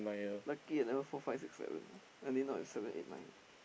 lucky I never four five six seven I mean not seven eight nine